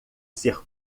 ser